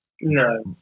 No